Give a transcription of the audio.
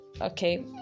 Okay